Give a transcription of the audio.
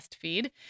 feed